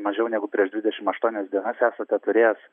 mažiau negu prieš dvidešimt aštuonias dienas esate turėjęs